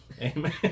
Amen